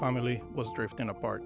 family was drifting apart